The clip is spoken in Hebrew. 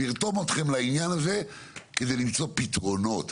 לרתום אתכם לעניין הזה כדי למצוא פתרונות.